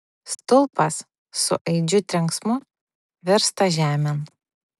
stulpas su aidžiu trenksmu virsta žemėn